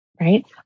Right